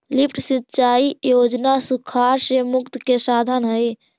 lift सिंचाई योजना सुखाड़ से मुक्ति के साधन हई